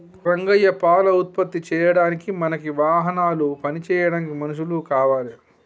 రంగయ్య పాల ఉత్పత్తి చేయడానికి మనకి వాహనాలు పని చేయడానికి మనుషులు కావాలి